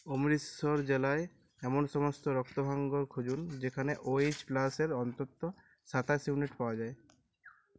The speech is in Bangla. অমৃতসর জেলায় এমন সমস্ত রক্তভাণ্ডার খুঁজুন যেখানে ও এইচ প্লাস এর অন্তত সাতাশ ইউনিট পাওয়া যায়